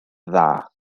dda